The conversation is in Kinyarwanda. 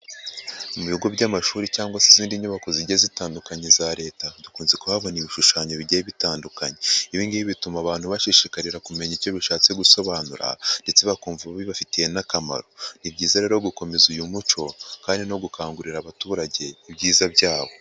Mu bigo by'amashuri cyangwa se izindi nyubako zigiye zitandukanye za Leta, dukunze kuhabona ibishushanyo bigiye bitandukanye, ibi ngibi bituma abantu bashishikarira kumenya icyo bishatse gusobanura, ndetse bakumva bibafitiye n'akamaro, ni byiza rero gukomeza uyu muco kandi ni no gukangurira abaturage ibyiza byawo.